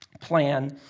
plan